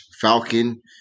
Falcon